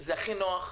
זה הכי נוח,